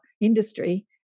industry